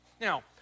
Now